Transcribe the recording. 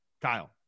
kyle